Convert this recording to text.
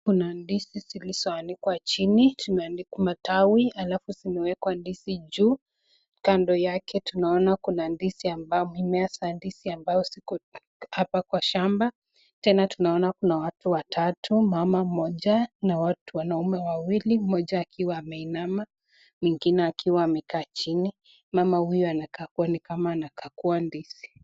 Kuna ndizi zilizoanikwa chini. Kuna matawi alafu zimewekwa ndizi juu, kando yake tunaona kuna mimea za ndizi ambayo ziko hapa kwa shamba, tena tunaona kuna watu watatu, mama mmoja na wanaume wawili, mmoja akiwa ameinama, mwingine akiwa amekaa chini. Mama huyu anakaa kuwa ni kama anakagua ndizi.